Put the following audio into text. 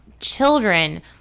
children